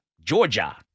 Georgia